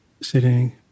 sitting